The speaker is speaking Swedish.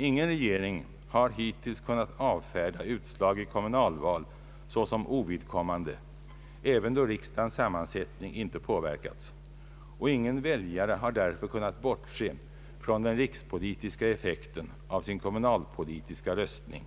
Ingen regering har hittills kunnat avfärda utslag i kommunalval såsom ovidkommande även då riksdagens sammansättning inte påverkas. Ingen väljare har därför kunnat bortse från den rikspolitiska effekten av sin kommunalpolitiska röstning.